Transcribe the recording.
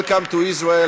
Welcome to Israel,